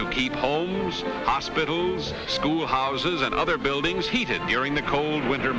to keep homes hospitals school houses and other buildings heated during the cold w